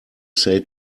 say